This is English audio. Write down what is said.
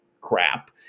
crap